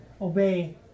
obey